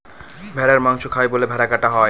ভেড়ার মাংস খায় বলে ভেড়া কাটা হয়